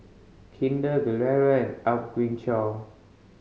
Kinder Gilera and Apgujeong